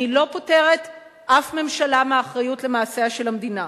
אני לא פוטרת ממשלה מאחריות למעשיה של המדינה,